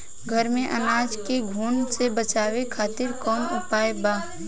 घर में अनाज के घुन से बचावे खातिर कवन उपाय बा?